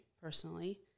personally